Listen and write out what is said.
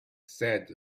said